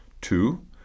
Two